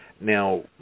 Now